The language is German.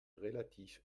relativ